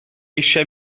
eisiau